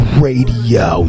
radio